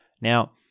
Now